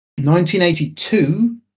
1982